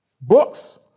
books